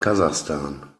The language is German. kasachstan